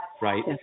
right